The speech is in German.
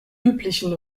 üblichen